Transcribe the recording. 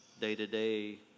day-to-day